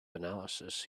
analysis